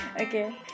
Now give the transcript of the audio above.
okay